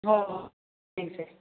ꯍꯣꯏ ꯍꯣꯏ ꯌꯦꯡꯁꯦ